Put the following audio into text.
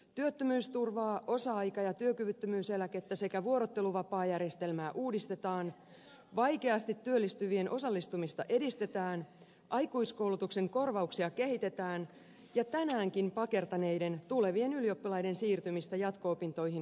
työttömyysturvaa osa aika ja työkyvyttömyyseläkettä sekä vuorotteluvapaajärjestelmää uudistetaan vaikeasti työllistyvien osallistumista edistetään aikuiskoulutuksen korvauksia kehitetään ja tänäänkin pakertaneiden tulevien ylioppilaiden siirtymistä jatko opintoihin nopeutetaan